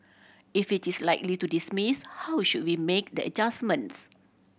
if it is likely to dismiss how should we make the adjustments